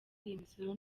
imisoro